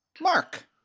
mark